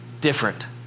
different